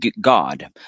God